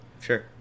sure